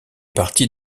partie